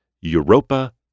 Europa